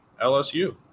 LSU